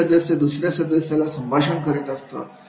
एक सदस्य दुसऱ्या सदस्याला संभाषण करत असतो